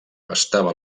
estava